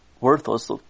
worthless